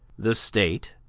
the state,